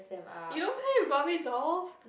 you don't play with barbie dolls